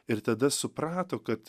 ir tada suprato kad